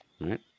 Right